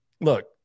look